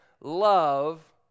love